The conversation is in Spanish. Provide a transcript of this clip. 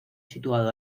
situado